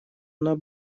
она